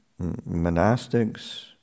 monastics